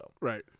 Right